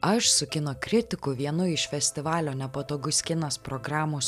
aš su kino kritiku vienu iš festivalio nepatogus kinas programos